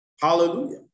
Hallelujah